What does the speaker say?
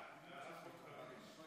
מה אנחנו אומרים?